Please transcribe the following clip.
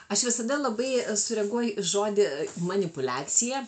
aš visada labai sureaguoju į žodį manipuliacija